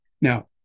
now